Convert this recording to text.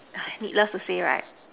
needless to say right